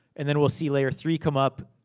and then, we'll see layer three come up.